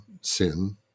sin